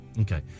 Okay